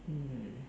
mm